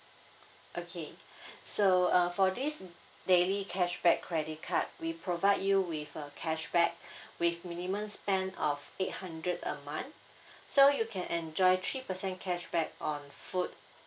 okay so uh for this daily cashback credit card we provide you with a cashback with minimum spend of eight hundred a month so you can enjoy three percent cashback on food